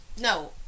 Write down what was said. No